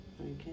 Okay